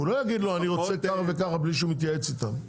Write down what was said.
הוא לא יגיד לו אני רוצה ככה וככה בלי שהוא מתייעץ איתם.